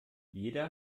jeder